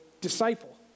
disciple